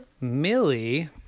Millie